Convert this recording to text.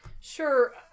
Sure